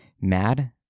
mad